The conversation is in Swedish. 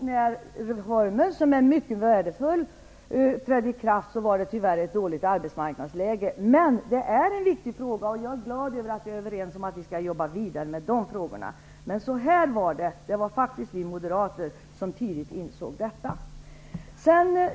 När reformen, som är mycket värdefull, trädde i kraft var arbetsmarknadsläget tyvärr dåligt. Detta är alltså en viktig fråga, och jag är glad över att vi är överens om att vi skall jobba vidare med de här sakerna. Det var alltså faktiskt vi moderater som tidigt insåg det här.